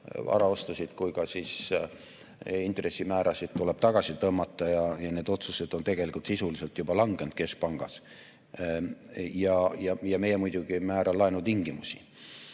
varaostusid kui ka intressimäärasid tuleb tagasi tõmmata ja need otsused on tegelikult sisuliselt juba langenud keskpangas. Ja meie muidugi ei määra laenutingimusi.